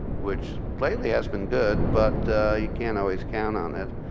which lately has been good, but you can't always count on it.